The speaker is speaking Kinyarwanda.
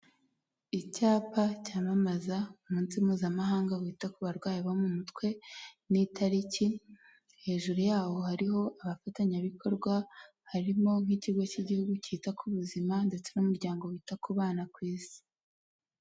Icyapa cyampamaza umunsi mpuzamahanga wita ku barwayi bo mu mutwe n'itariki, hejuru yawo hariho abafatanyabikorwa harimo nk'ikigo cy'igihugu cyita ku buzima ndetse n'umuryango wita ku bana ku isi.